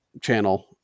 channel